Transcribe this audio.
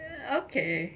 okay